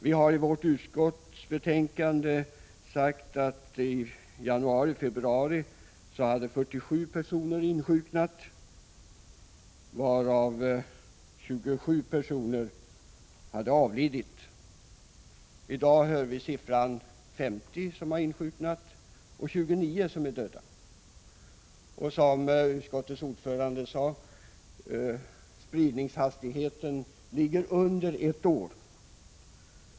Vi har i utskottsbetänkandet angett att i januari/februari hade 47 personer insjuknat, varav 27 personer hade avlidit. Siffrorna i dag talar om 50 insjuknade och 29 döda. Som utskottets ordförande sade är fördubblingshastigheten under ett år.